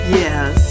yes